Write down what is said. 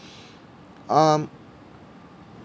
um